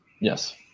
Yes